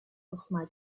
пӑхма